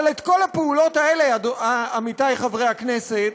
אבל את כל הפעולות האלה, עמיתי חברי הכנסת,